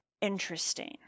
interesting